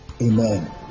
Amen